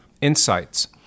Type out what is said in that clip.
insights